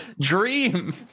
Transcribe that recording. dream